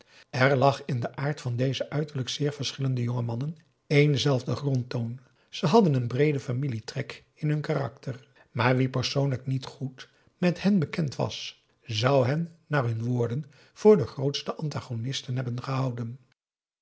er lag in den aard van deze uiterlijk zeer verschillende jonge mannen één zelfde grondtoon ze hadden een breeden familietrek in hun karakter p a daum de van der lindens c s onder ps maurits maar wie persoonlijk niet goed met hen bekend was zou hen naar hun woorden voor de grootste antagonisten hebben gehouden